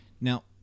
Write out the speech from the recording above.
Now